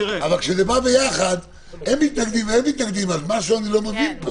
אבל כשזה בא ביחד - הם מנגדים והם מתנגדים אני לא מבין.